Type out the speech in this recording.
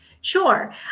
Sure